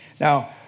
Now